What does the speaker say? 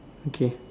okay